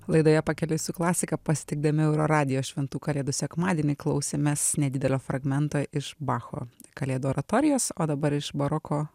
laidoje pakeliui su klasika pasitikdami euroradijo šventų kalėdų sekmadienį klausėmės nedidelio fragmento iš bacho kalėdų oratorijos o dabar iš baroko